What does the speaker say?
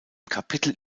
kapitel